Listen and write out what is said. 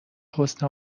حسن